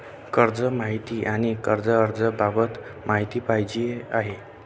कर्ज माहिती आणि कर्ज अर्ज बाबत माहिती पाहिजे आहे